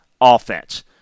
offense